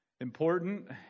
important